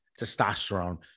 testosterone